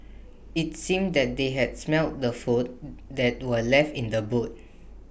IT seemed that they had smelt the food that were left in the boot